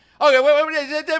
Okay